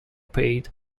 paid